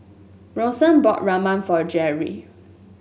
Bronson bought Ramen for Jeri